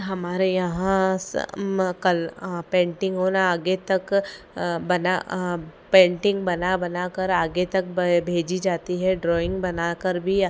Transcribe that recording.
हमारे यहाँ कल पेन्टिन्ग होना आगे तक बना पेन्टिन्ग बना बनाकर आगे तक भेजी जाती है ड्रॉइन्ग बनाकर भी